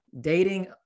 dating